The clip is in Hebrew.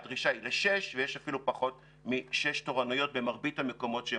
הדרישה היא לשש ויש אפילו פחות משש תורנויות במרבית המקומות.